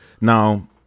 Now